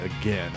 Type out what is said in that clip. again